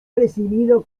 recibido